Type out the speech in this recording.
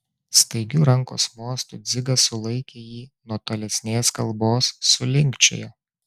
staigiu rankos mostu dzigas sulaikė jį nuo tolesnės kalbos sulinkčiojo